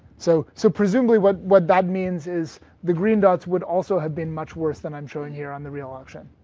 so so presumably what what that means is the green dots would also have been much worse than i'm showing here on the real auction.